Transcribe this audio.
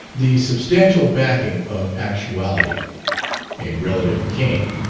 the substantial backing of actuality a relative came.